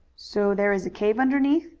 so there is a cave underneath?